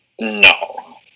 No